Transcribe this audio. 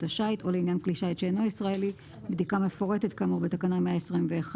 השיט או לעניין כלי שיט שאינו ישראלי בדיקה מפורטת כאמור בתקנה 121,